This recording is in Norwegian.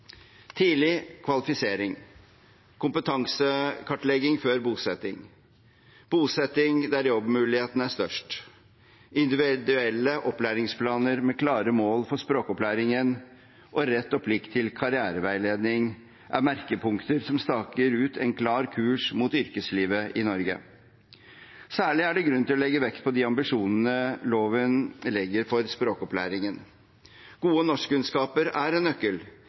Tidlig kvalifisering, kompetansekartlegging før bosetting, bosetting der jobbmulighetene er størst, individuelle opplæringsplaner med klare mål for språkopplæringen og rett og plikt til karriereveiledning er merkepunkter som staker ut en klar kurs mot yrkeslivet i Norge. Særlig er det grunn til å legge vekt på de ambisjonene loven legger for språkopplæringen. Gode norskkunnskaper er en nøkkel